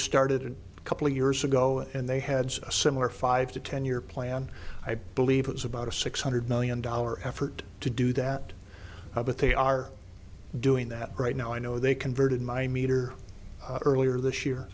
started a couple of years ago and they had a similar five to ten year plan i believe it was about a six hundred million dollar effort to do that but they are doing that right now i know they converted my meter earlier this year